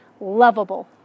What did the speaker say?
lovable